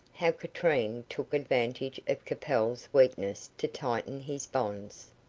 how katrine took advantage of capel's weakness to tighten his bonds.